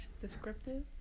descriptive